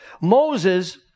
Moses